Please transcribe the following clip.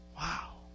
Wow